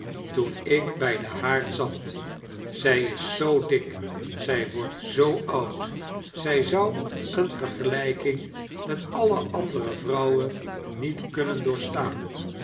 toen ik bij den haard zat zij is zoo dik zij wordt zoo oud zij zou eene vergelijking met alle andere vrouwen niet kunnen doorstaan